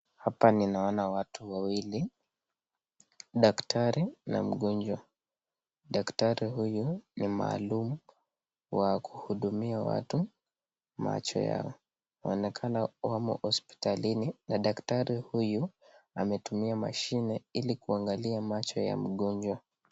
Hapa ninaona watu wawili, daktari na mgonjwa, daktari huyu ni maalum wa kuhudumia watu macho yao, waonekana wamo hosiptalini na daktari huyu ametumia mashine ili kuangalia macho ya mgonjwa.